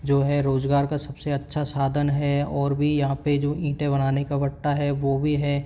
जो है रोज़गार का सबसे अच्छा साधन है और भी यहाँ पर जो ईंटे बनाने का भट्टा है वो भी है